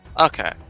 Okay